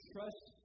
Trust